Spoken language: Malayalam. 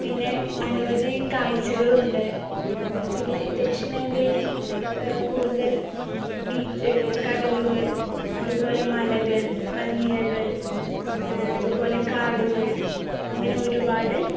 പിന്നെ അനവധി കാഴ്ചകളുണ്ട് പിന്നെ ദക്ഷിണേന്ത്യയിൽ കൂടുതൽ ബീച്ച് കടലുകൾ അതുപോലെ മലകൾ മലനിരകൾ അതുപോലെ കാടുകൾ അങ്ങനെ ഒരുപാട്